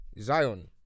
Zion